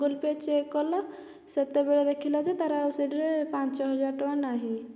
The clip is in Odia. ଗୁଗୁଲପେ ଚେକ୍ କଲା ସେତେବେଳେ ଦେଖିଲା ଯେ ତାର ଆଉ ସେଥିରେ ପାଞ୍ଚହଜାରଟଙ୍କା ନାହିଁ